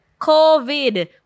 COVID